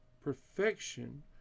perfection